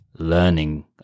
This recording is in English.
learning